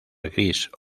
gris